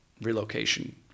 relocation